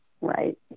Right